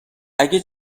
اگه